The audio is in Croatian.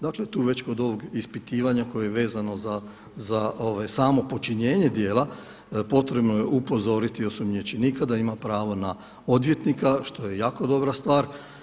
Dakle tu već kod ovog ispitivanja koje je vezano za samo počinjenje djela, potrebno je upozoriti osumnjičenika da ima pravo na odvjetnika što je jako dobra stvar.